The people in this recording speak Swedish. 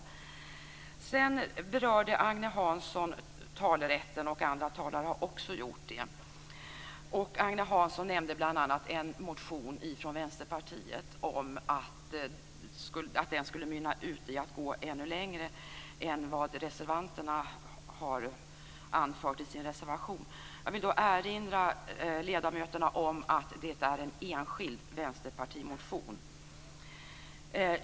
Agne Hansson berörde talerätten, vilket också andra talare har gjort. Agne Hansson nämnde bl.a. en motion från Vänsterpartiet som skulle gå ännu längre än reservanterna har gjort i sin reservation. Jag vill erinra ledamöterna om att det är en enskild vänsterpartimotion.